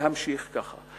להמשיך ככה.